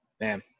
Man